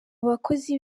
bakozi